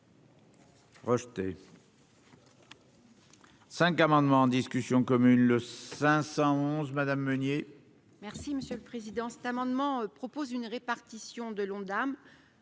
Rejeté. 5 amendements en discussion commune le 511 madame Meunier. Merci monsieur le Président, cet amendement propose une répartition de l'Ondam